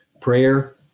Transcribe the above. prayer